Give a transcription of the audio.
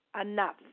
enough